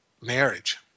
marriage